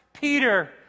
Peter